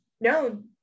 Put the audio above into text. no